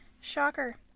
Shocker